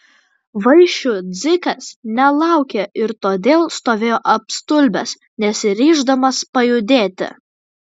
vaišių dzikas nelaukė ir todėl stovėjo apstulbęs nesiryždamas pajudėti